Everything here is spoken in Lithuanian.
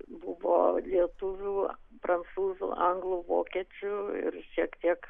buvo lietuvių prancūzų anglų vokiečių ir šiek tiek